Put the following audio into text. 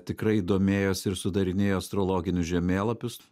tikrai domėjos ir sudarinėjo astrologinius žemėlapius